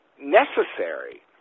necessary